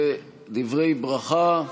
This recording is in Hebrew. בהצלחה.